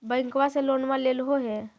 बैंकवा से लोनवा लेलहो हे?